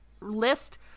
list